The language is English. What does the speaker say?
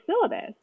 syllabus